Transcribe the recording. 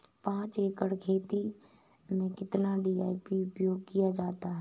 पाँच एकड़ खेत में कितनी डी.ए.पी उपयोग की जाती है?